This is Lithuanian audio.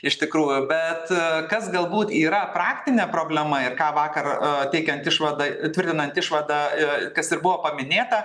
iš tikrųjų bet kas galbūt yra praktinė problema ir ką vakar a teikiant išvadą tvirtinant išvadą kas ir buvo paminėta